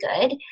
good